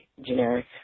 generic